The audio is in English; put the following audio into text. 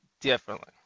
differently